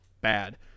bad